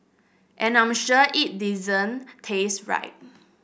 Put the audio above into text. and I'm sure it didn't taste right